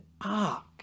ark